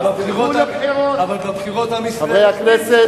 למה אתה